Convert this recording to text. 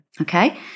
Okay